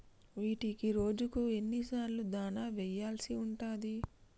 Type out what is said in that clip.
వీటికి రోజుకు ఎన్ని సార్లు దాణా వెయ్యాల్సి ఉంటది?